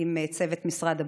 עם צוות משרד הבריאות,